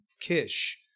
Kish